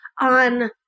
on